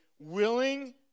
willing